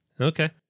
Okay